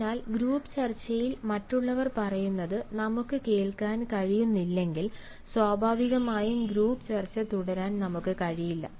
അതിനാൽ ഗ്രൂപ്പ് ചർച്ചയിൽ മറ്റുള്ളവർ പറയുന്നത് നമുക്ക് കേൾക്കാൻ കഴിയുന്നില്ലെങ്കിൽ സ്വാഭാവികമായും ഗ്രൂപ്പ് ചർച്ച തുടരാൻ നമുക്ക് കഴിയില്ല